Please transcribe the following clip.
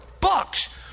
bucks